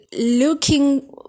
looking